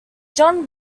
john